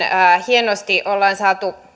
hienosti ollaan saatu